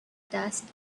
dust